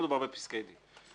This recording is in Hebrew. בפסקי דין.